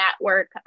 network